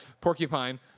Porcupine